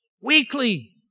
Weekly